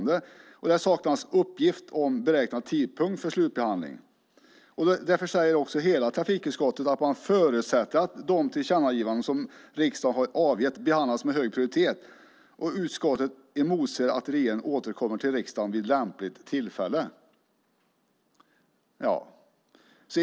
Det saknas uppgift om beräknad tidpunkt för slutbehandling. Därför säger också hela trafikutskottet att man förutsätter att de tillkännagivanden som riksdagen har avgett behandlas med hög prioritet. Utskottet emotser att regeringen återkommer till riksdagen vid lämpligt tillfälle.